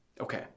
Okay